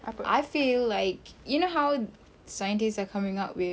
I feel like you know how scientists are coming up with